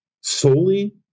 solely